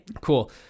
cool